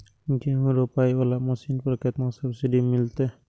गेहूं रोपाई वाला मशीन पर केतना सब्सिडी मिलते?